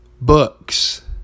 books